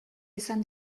izan